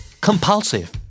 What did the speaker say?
Compulsive